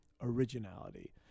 originality